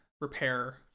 repair